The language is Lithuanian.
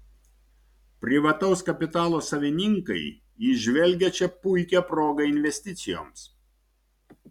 privataus kapitalo savininkai įžvelgia čia puikią progą investicijoms